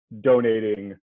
donating